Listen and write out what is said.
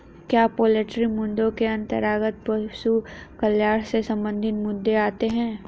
क्या पोल्ट्री मुद्दों के अंतर्गत पशु कल्याण से संबंधित मुद्दे आते हैं?